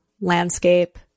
landscape